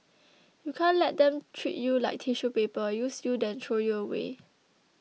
you can't let them treat you like tissue paper use you then throw you away